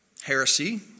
heresy